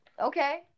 Okay